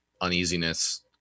uneasiness